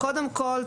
קודם כל,